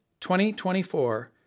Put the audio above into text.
2024